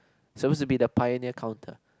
supposed to be the pioneer counter